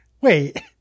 Wait